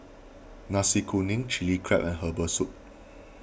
Nasi Kuning Chilli Crab and Herbal Soup